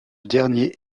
dernier